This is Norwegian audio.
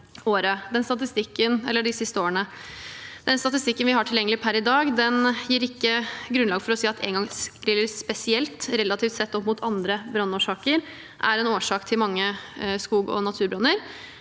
statistikken vi har tilgjengelig per i dag, gir ikke grunnlag for å si at engangsgriller spesielt, relativt sett opp mot andre brannårsaker, er en årsak til mange skog- og naturbranner.